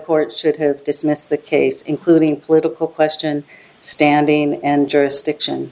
court should have dismissed the case including political question standing and jurisdiction